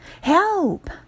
Help